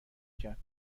کرد